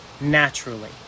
naturally